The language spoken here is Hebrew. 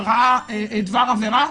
שראה דבר עבירה,